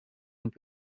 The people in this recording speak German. und